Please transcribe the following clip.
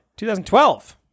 2012